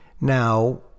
Now